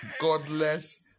godless